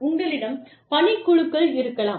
உங்களிடம் பணிக்குழுக்கள் இருக்கலாம்